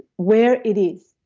where it is.